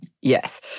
Yes